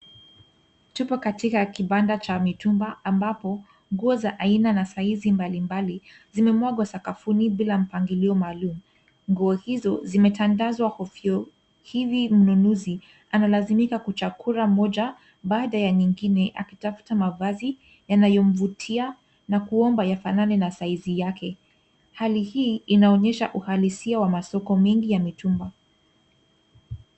Tupo katika kibanda cha mitumba, ambapo nguo za aina na saizi mbalimbali zimemwagwa sakafuni bila mpangilio maalum. Nguo hizo zimetandazwa hovyo, hivi kwamba mnunuzi analazimika kuchakura moja baada ya nyingine, akitafuta mavazi yanayomvutia na kuomba yafanane na saizi yake. Hali hii inaonyesha uhalisia wa masoko mengi ya mitumba.